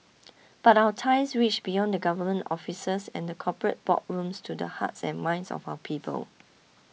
but our ties reach beyond the government offices and the corporate boardrooms to the hearts and minds of our people